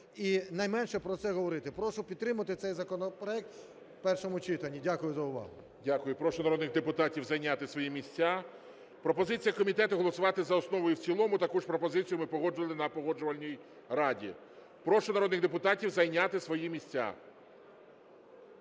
і найменше про це говорити. Прошу підтримати цей законопроект в першому читанні. Дякую за увагу. ГОЛОВУЮЧИЙ. Дякую. Прошу народних депутатів зайняти свої місця. Пропозиція комітету – голосувати за основу і в цілому, таку ж пропозицію ми погоджували на Погоджувальній раді. Прошу народних депутатів зайняти свої місця.